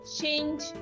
change